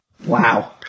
Wow